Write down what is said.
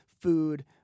food